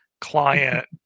client